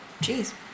Jeez